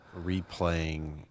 replaying